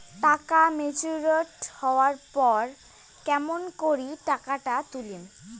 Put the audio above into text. টাকা ম্যাচিওরড হবার পর কেমন করি টাকাটা তুলিম?